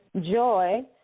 joy